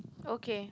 okay